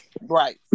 Right